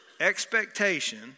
expectation